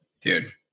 Dude